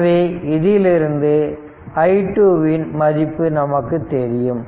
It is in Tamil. எனவே இதிலிருந்து i2 இன் மதிப்பு நமக்கு தெரியும்